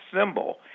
Symbol